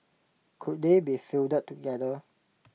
could they be fielded together